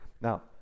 Now